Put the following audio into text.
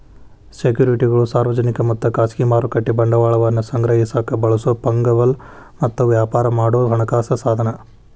ಸೆಕ್ಯುರಿಟಿಗಳು ಸಾರ್ವಜನಿಕ ಮತ್ತ ಖಾಸಗಿ ಮಾರುಕಟ್ಟೆ ಬಂಡವಾಳವನ್ನ ಸಂಗ್ರಹಿಸಕ ಬಳಸೊ ಫಂಗಬಲ್ ಮತ್ತ ವ್ಯಾಪಾರ ಮಾಡೊ ಹಣಕಾಸ ಸಾಧನ